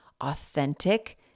authentic